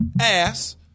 ass